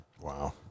Wow